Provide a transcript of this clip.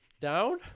Down